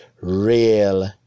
real